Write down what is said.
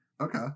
Okay